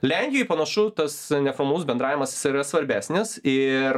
lenkijoj panašu tas neformalus bendravimas jis yra svarbesnis ir